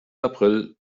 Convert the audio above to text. april